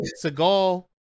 Seagal